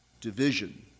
division